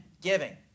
giving